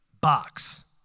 Box